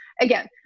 again